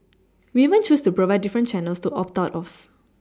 we even choose to provide different Channels to opt out of